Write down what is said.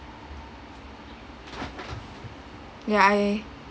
ya I